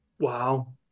wow